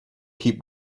keep